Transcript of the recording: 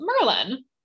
merlin